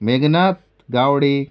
Meghnath Gawade